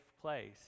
place